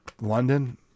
london